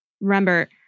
Remember